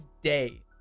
day